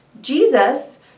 Jesus